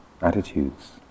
attitudes